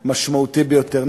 משמעותי ביותר.